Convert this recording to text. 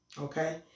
Okay